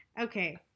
Okay